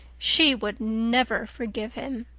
she would never forgive him!